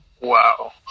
Wow